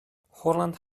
holland